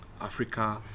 Africa